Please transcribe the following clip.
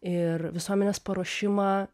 ir visuomenės paruošimą